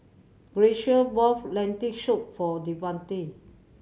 Graciela bought Lentil Soup for Davante